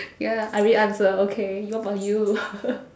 ya I already answer okay what about you